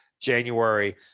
January